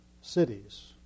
cities